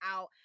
out